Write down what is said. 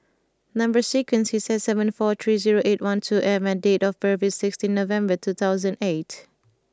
number sequence is S seven four three zero eight one two M and date of birth is sixteen November two thousand and eight